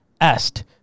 asked